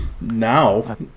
now